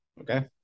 Okay